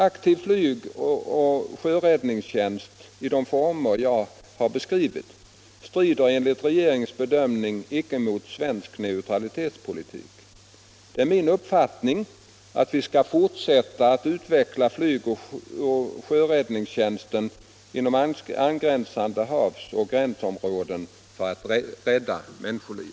Aktiv flygoch sjöräddningstjänst i de former jag har beskrivit strider enligt regeringens bedömning inte mot svensk neutralitetspolitik. Det är min uppfattning att vi skall fortsätta att utveckla flygoch sjöräddningstjänsten inom angränsande havsoch gränsområden för att rädda människoliv.